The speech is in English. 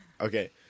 Okay